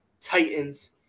Titans